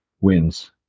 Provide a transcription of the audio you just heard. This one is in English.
wins